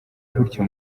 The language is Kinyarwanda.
gutya